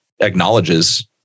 acknowledges